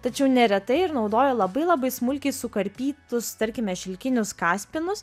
tačiau neretai ir naudoja labai labai smulkiai sukarpytus tarkime šilkinius kaspinus